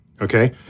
okay